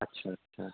अच्छा अच्छा